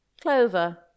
Clover